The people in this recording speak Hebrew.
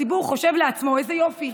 הציבור חושב לעצמו: איזה יופי,